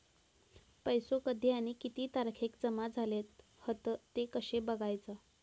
पैसो कधी आणि किती तारखेक जमा झाले हत ते कशे बगायचा?